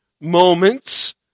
moments